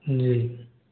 जी